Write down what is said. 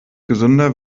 gesünder